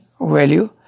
value